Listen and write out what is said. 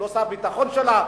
לא שר הביטחון שלה,